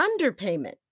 underpayment